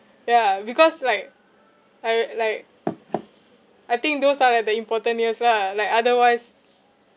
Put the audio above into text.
ya because like I like I think those are like the important years lah like otherwise